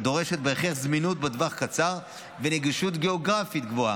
הדורשת בהכרח זמינות בטווח זמן קצר ונגישות גיאוגרפית גבוהה,